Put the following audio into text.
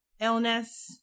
illness